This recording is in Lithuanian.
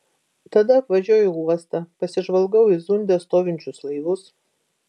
tada apvažiuoju uostą pasižvalgau į zunde stovinčius laivus